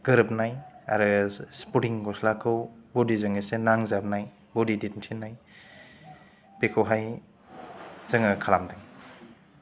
गोरोबनाय आरो स्परटिं गस्लाखौ बदि जों इसे नांजाबनाय बदि दिन्थिनाय बेखौहाय जोङो खालामदों